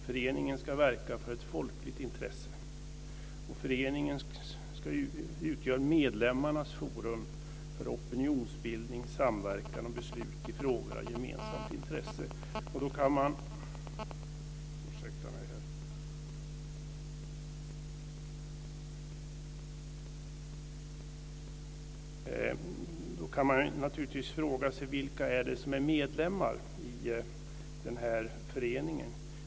Föreningen ska verka för ett folkligt intresse. Föreningen utgör medlemmarnas forum för opinionsbildning, samverkan och beslut i frågor av gemensamt intresse. Då kan man fråga sig: Vilka är det som är medlemmar i den här föreningen?